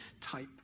type